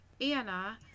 Anna